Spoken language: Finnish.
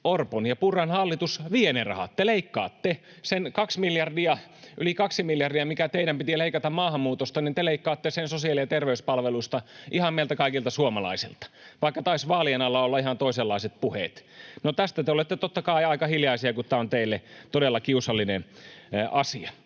Orpon ja Purran hallitus vie ne rahat. Sen yli kaksi miljardia, mikä teidän piti leikata maahanmuutosta, te leikkaatte sosiaali- ja terveyspalveluista, ihan meiltä kaikilta suomalaisilta, vaikka taisivat vaalien alla olla ihan toisenlaiset puheet. No tästä te olette totta kai aika hiljaisia, kun tämä on teille todella kiusallinen asia.